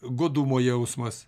godumo jausmas